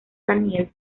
daniel